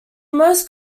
most